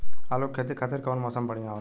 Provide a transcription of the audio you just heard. आलू के खेती खातिर कउन मौसम बढ़ियां होला?